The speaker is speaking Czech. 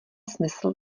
smysl